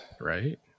Right